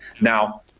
now